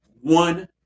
One